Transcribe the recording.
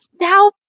now